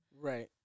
right